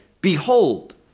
behold